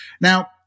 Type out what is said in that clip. Now